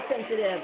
sensitive